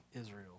Israel